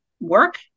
work